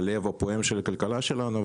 הלב הפועם של הכלכלה שלנו.